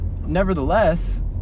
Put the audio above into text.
Nevertheless